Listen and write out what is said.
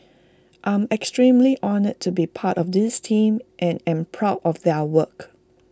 I'm extremely honoured to be part of this team and am proud of their work